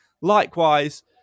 Likewise